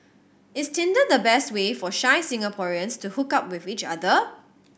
is Tinder the best way for shy Singaporeans to hook up with each other